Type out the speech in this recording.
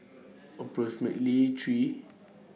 approximately three